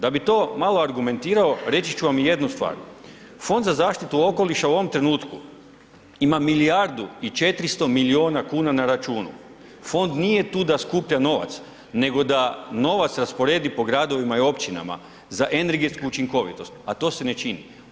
Da bi to malo argumentirao reći ću vam jednu stvar, Fond za zaštitu okoliša u ovom trenutku ima milijardu i 400 milijuna kuna na računu, fond nije tu da skuplja novac nego da novac rasporedi po gradovima i općinama za energetsku učinkovitost, a to se ne čini.